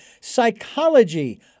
Psychology